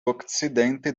okcidente